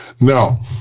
Now